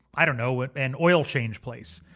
i don't know but an oil change place,